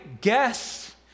guess